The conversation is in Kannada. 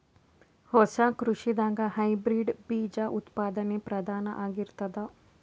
ಹೊಸ ಕೃಷಿದಾಗ ಹೈಬ್ರಿಡ್ ಬೀಜ ಉತ್ಪಾದನೆ ಪ್ರಧಾನ ಆಗಿರತದ